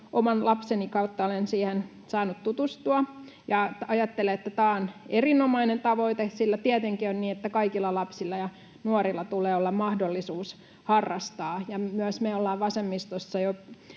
oman lapseni kautta olen siihen saanut tutustua. Ajattelen, että tämä on erinomainen tavoite, sillä tietenkin on niin, että kaikilla lapsilla ja nuorilla tulee olla mahdollisuus harrastaa. Myös me ollaan vasemmistossa jo